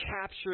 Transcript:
capture